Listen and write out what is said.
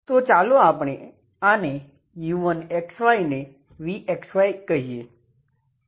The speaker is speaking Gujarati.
તો ચાલો આપણે આને u1xy ને v કહીએ